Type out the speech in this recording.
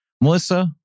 Melissa